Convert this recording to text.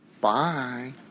Bye